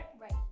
right